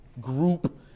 group